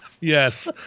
Yes